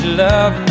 love